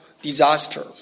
disaster